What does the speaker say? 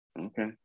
Okay